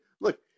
look